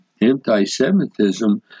anti-Semitism